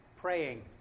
praying